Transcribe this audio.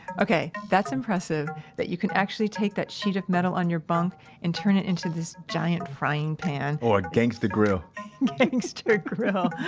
okay, that's impressive that you can actually take that sheet of metal on your bunk and turn it into this giant frying pan or gangsta grill gangsta grill!